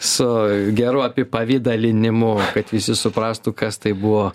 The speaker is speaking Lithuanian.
su geru apipavidalinimu kad visi suprastų kas tai buvo